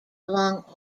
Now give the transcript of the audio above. along